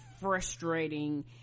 frustrating